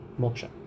Moksha